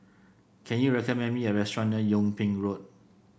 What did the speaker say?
can you recommend me a restaurant near Yung Ping Road